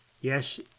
Yes